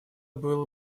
было